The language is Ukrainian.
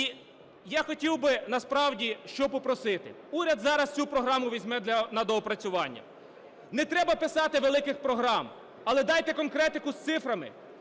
Я хотів би, насправді, що попросити? Уряд зараз цю програму візьме на доопрацювання. Не треба писати великих програм, але дайте конкретику з цифрами: